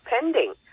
pending